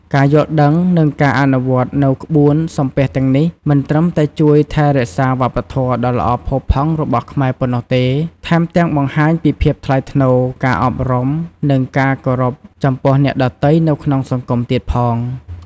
ការយល់ដឹង និងការអនុវត្តនូវក្បួនសំពះទាំងនេះ មិនត្រឹមតែជួយថែរក្សាវប្បធម៌ដ៏ល្អផូរផង់របស់ខ្មែរប៉ុណ្ណោះទេ ថែមទាំងបង្ហាញពីភាពថ្លៃថ្នូរ ការអប់រំ និងការគោរពចំពោះអ្នកដទៃនៅក្នុងសង្គមទៀតផង។